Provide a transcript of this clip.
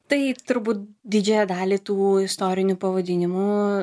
tai turbūt didžiąją dalį tų istorinių pavadinimų